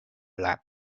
lab